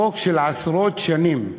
חוק של עשרות שנים.